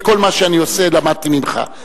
כל מה שאני עושה למדתי ממך.